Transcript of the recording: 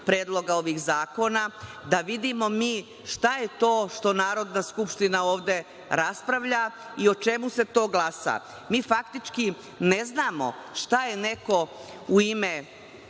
predloga ovih zakona, šta je to što Narodna skupština ovde raspravlja i o čemu se to glasa. Mi faktički ne znamo šta je neko u ime,